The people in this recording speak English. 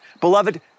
beloved